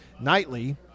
nightly